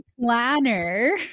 planner